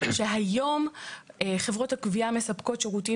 שהיום חברות הגבייה מספקות שירותים